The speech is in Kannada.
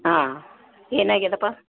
ಹಾಂ ಏನಾಗ್ಯಾದೆ ಅಪ್ಪ